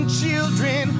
children